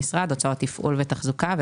הוצאות תפעול ותחזוקה,